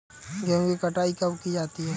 गेहूँ की कटाई कब की जाती है?